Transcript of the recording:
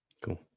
Cool